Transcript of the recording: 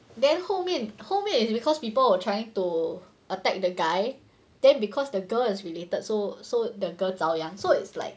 then 后面后面 is because people were trying to attack the guy then because the girl is related so so the girl 糟 so so it's like